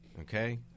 okay